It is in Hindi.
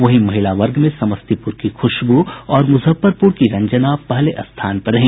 वहीं महिला वर्ग में समस्तीपुर की खुशबू और मुजफ्फरपुर की रंजना पहले स्थान पर रही